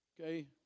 Okay